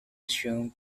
resumed